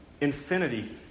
infinity